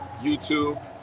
YouTube